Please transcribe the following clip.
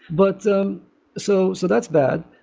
but um so so that's bad.